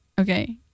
Okay